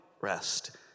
rest